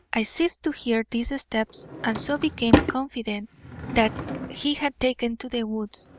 i ceased to hear these steps and so became confident that he had taken to the woods.